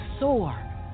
soar